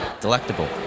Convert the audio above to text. Delectable